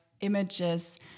images